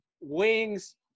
wings